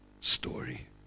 story